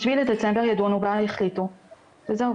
בשבעה בדצמבר ידונו בה, יחליטו וזהו.